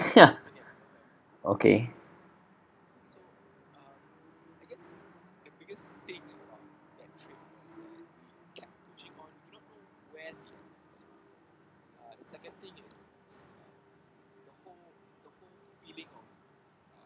okay